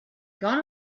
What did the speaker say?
gone